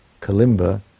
kalimba